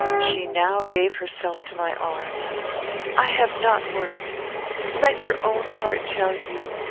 she now gave herself to my arms i have not words let your own heart tell you,